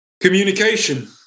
communication